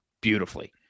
beautifully